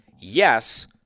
Yes